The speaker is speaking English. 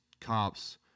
cops